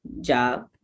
job